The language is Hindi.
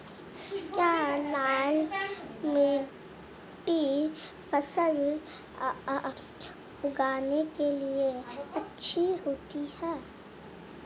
क्या लाल मिट्टी फसल उगाने के लिए अच्छी होती है?